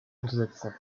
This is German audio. umzusetzen